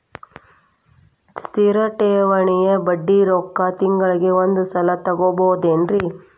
ಸ್ಥಿರ ಠೇವಣಿಯ ಬಡ್ಡಿ ರೊಕ್ಕ ತಿಂಗಳಿಗೆ ಒಂದು ಸಲ ತಗೊಬಹುದೆನ್ರಿ?